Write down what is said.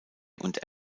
und